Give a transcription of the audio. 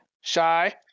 Shy